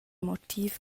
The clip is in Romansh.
motiv